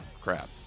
crap